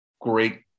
great